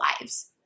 lives